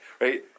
Right